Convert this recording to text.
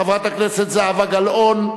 חברת הכנסת זהבה גלאון.